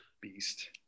beast